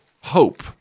hope